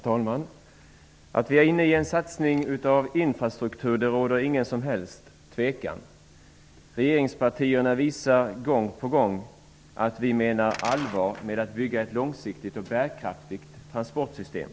Herr talman! Att vi är inne i en satsning på infrastruktur råder det ingen som helst tvekan om. Regeringspartierna visar gång på gång att vi menar allvar med att bygga ett långsiktigt och bärkraftigt transportsystem.